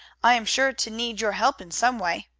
i am sure to need your help in some way.